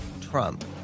Trump